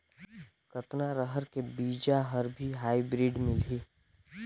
कतना रहर के बीजा हर भी हाईब्रिड मिलही?